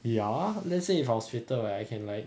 ya let's say if I was fitter right I can like